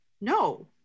No